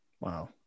Wow